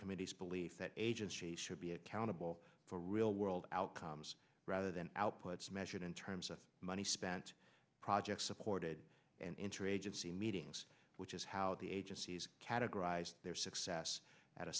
subcommittee's belief that agency should be accountable for real world outcomes rather than outputs measured in terms of money spent projects supported and interagency meetings which is how the agencies categorized their success at a